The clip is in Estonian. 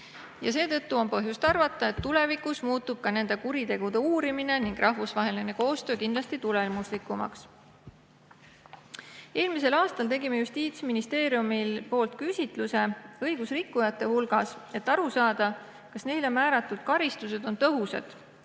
Seetõttu on põhjust arvata, et tulevikus muutub nende kuritegude uurimine ning rahvusvaheline koostöö kindlasti tulemuslikumaks. Eelmisel aastal tegime Justiitsministeeriumi poolt küsitluse õigusrikkujate hulgas, et aru saada, kas neile määratud karistused on tõhusad,